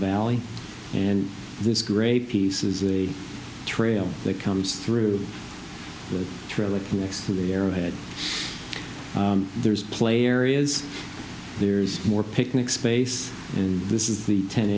valley and this great piece is a trail that comes through the trailing next to the arrowhead there's play areas there's more picnic space and this is the ten